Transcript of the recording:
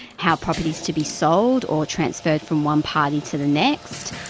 how property is to be sold or transferred from one party to the next,